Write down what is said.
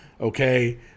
okay